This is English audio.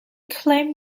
claimed